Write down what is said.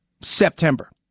September